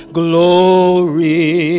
glory